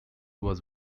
was